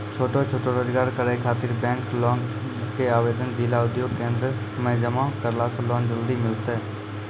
छोटो छोटो रोजगार करै ख़ातिर बैंक लोन के आवेदन जिला उद्योग केन्द्रऽक मे जमा करला से लोन जल्दी मिलतै?